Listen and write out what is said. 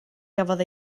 gafodd